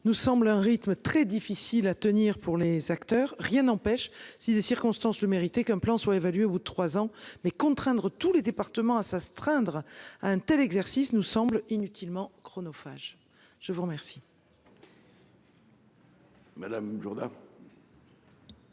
paraît être un rythme très difficile à tenir pour les acteurs. Rien n'empêche, si les circonstances le méritent, qu'un plan soit évalué au bout de trois ans, mais contraindre tous les départements à s'astreindre à un tel exercice nous semble inutilement chronophage. Madame